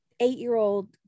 eight-year-old